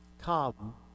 Come